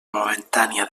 momentània